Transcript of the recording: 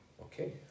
Okay